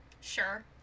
Sure